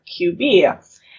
QB